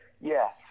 Yes